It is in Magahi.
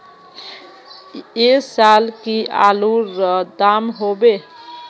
ऐ साल की आलूर र दाम होबे?